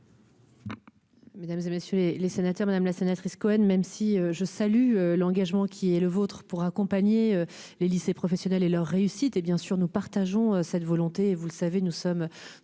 Mesdames et messieurs les les sénateurs, madame la sénatrice Cohen, même si je salue l'engagement qui est le vôtre pour accompagner les lycées professionnels et leur réussite et, bien sûr, nous partageons cette volonté, vous le savez, nous sommes